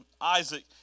Isaac